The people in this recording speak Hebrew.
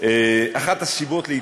רצתי מהר,